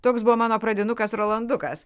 toks buvo mano pradinukas rolandukas